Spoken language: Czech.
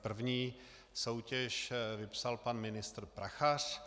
První soutěž vypsal pan ministr Prachař.